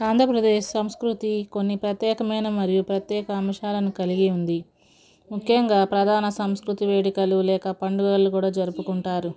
ఆంధ్రప్రదేశ్ సంస్కృతి కొన్ని ప్రత్యేకమైన మరియు ప్రత్యేక అంశాలను కలిగి ఉంది ముఖ్యంగా ప్రధాన సంస్కృతి వేడుకలు లేక పండుగలు కూడా జరుపుకుంటారు